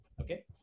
Okay